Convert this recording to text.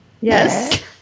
Yes